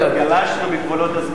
הייתי מאוד רוצה, אבל גלשתי מגבולות הזמן.